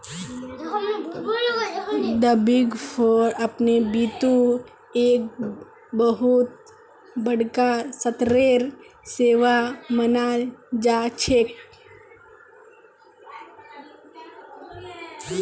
द big four अपने बितु एक बहुत बडका स्तरेर सेवा मानाल जा छेक